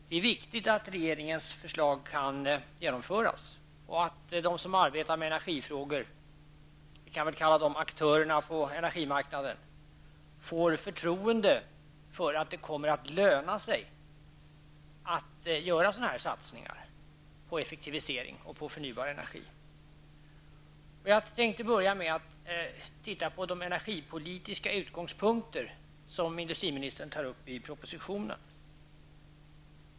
Det är viktigt att en regerings förslag kan genomföras, och att de som arbetar med energifrågor -- kalla dem aktörerna på energimarknaden -- får förtroende för att det kommer att löna sig att göra satsningar på effektivisering och förnybar energi. Jag tänkte börja med att titta på de energipolitiska utgångspunkter som industriministern tar upp i propositionen.